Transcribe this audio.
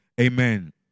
Amen